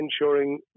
ensuring